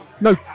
No